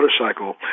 motorcycle